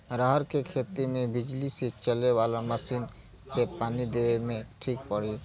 रहर के खेती मे बिजली से चले वाला मसीन से पानी देवे मे ठीक पड़ी?